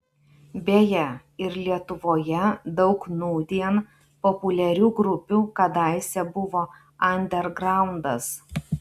beje ir lietuvoje daug nūdien populiarių grupių kadaise buvo andergraundas